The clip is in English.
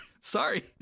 Sorry